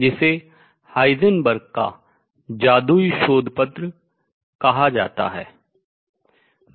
जिसे हाइजेनबर्ग का जादुई शोध पत्र भी कहा जाता है